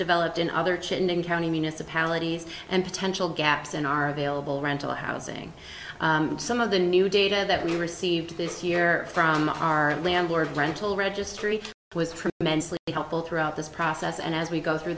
developed in other chittenden county municipalities and potential gaps in our vailable rental housing some of the new data that we received this year from our landlord rental registry was tremendously helpful throughout this process and as we go through